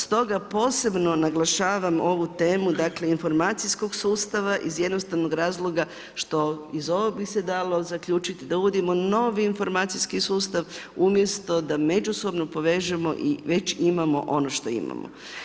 Stoga posebno naglašavam ovu temu dakle informacijskog sustava iz jednostavnog razloga što iz ovog bi se dalo zaključiti da uvodimo novi informacijski sustav umjesto da međusobno povežemo i već imamo ono što imamo.